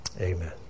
amen